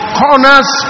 corners